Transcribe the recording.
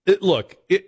look